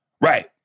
Right